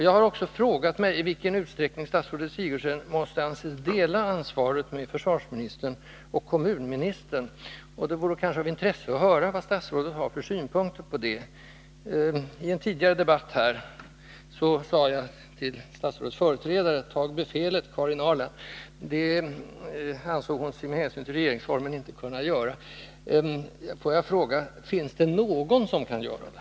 Jag har också frågat mig i vilken utsträckning statsrådet Sigurdsen måste anses dela ansvaret med försvarsministern och civilministern. Det vore kanske av intresse att höra vad statsrådet har för synpunkter på det. Ien tidigare debatt sade jag till statsrådets företrädare Karin Ahrland: Tag befälet! Det ansåg hon sig med hänsyn till regeringsformen inte kunna göra. Får jag fråga: Finns det någon som kan göra det?